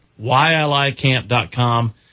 YLICamp.com